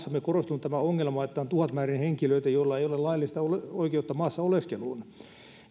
korostunut tämä ongelma että on tuhatmäärin henkilöitä joilla ei ole laillista oikeutta maassa oleskeluun